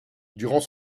durant